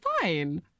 fine